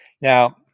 Now